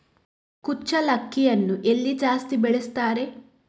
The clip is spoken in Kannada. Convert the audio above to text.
ಕುಚ್ಚಲಕ್ಕಿಯನ್ನು ಎಲ್ಲಿ ಜಾಸ್ತಿ ಬೆಳೆಸ್ತಾರೆ?